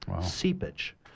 seepage